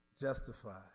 Justified